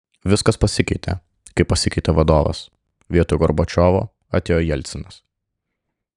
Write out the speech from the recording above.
viskas pasikeitė kai pasikeitė vadovas vietoj gorbačiovo atėjo jelcinas